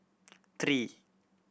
three